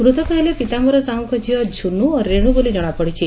ମୃତକ ହେଲେ ପିତାମ୍ଘର ସାହୁଙ୍କ ଝିଅ ଝୁନୁ ଓ ରେଣୁ ବୋଲି ଜଶାପଡିଛି